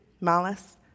malice